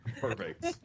Perfect